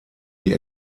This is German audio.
die